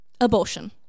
abortion